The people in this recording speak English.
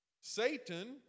Satan